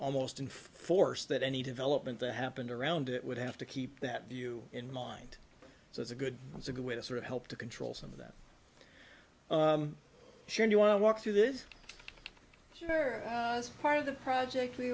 almost inforce that any development that happened around it would have to keep that view in mind so it's a good it's a good way to sort of help to control some of that should you want to walk through this sure as part of the project we